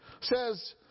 says